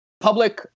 public